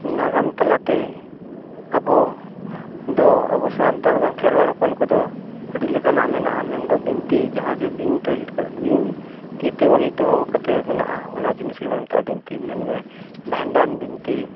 ᱱᱟᱜᱟᱢ ᱛᱟᱞᱟᱛᱮ ᱟᱵᱚ ᱫᱚ ᱟᱵᱚ ᱥᱟᱱᱛᱟᱲ ᱵᱟᱝ ᱠᱷᱮᱨᱣᱟᱲ ᱦᱚᱯᱚᱱ ᱠᱚᱫᱚ ᱟᱹᱰᱤ ᱞᱮᱠᱟᱱᱟᱜ ᱢᱮᱱᱟᱜᱼᱟ ᱢᱮᱱᱫᱚ ᱵᱤᱱᱛᱤ ᱡᱟᱦᱟᱸ ᱡᱮ ᱵᱤᱱ ᱵᱤᱱ ᱛᱤ ᱛᱮ ᱚᱞ ᱫᱚᱦᱚ ᱠᱟᱛᱮᱫ ᱢᱮᱱᱟᱜᱼᱟ ᱚᱱᱟ ᱜᱮᱵᱚᱱ ᱢᱮᱛᱟᱜᱼᱟ ᱵᱤᱱᱛᱤ ᱢᱮᱱᱢᱮ ᱵᱷᱟᱸᱰᱟᱱ ᱵᱤᱱᱛᱤ